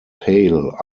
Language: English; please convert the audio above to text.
pale